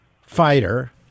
fighter